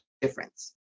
difference